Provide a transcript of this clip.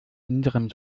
unserem